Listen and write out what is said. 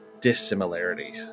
dissimilarity